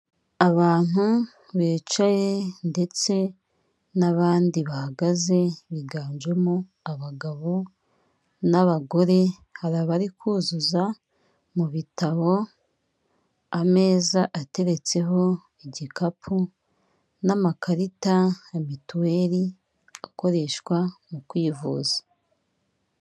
Abantu bicaye ndetse n'abandi bahagaze biganjemo abagabo n'abagore hari abari kuzuza mu bitabo, ameza ateretseho igikapu n'amakarita ya mituweli akoreshwa mu kwivuza.